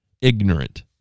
ignorant